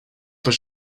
his